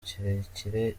kirekire